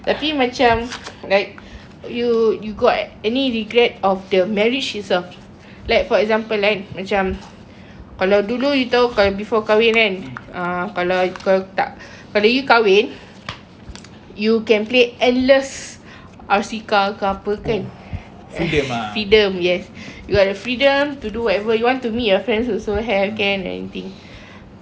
you you got any regrets of the marriage itself like for example kan macam kalau dulu you tahu kalau before kahwin kan uh kalau kalau tak kalau you kahwin you can play endless R_C car ke apa kan freedom yes you are the freedom to do whatever you want to meet your friends also have can anything but um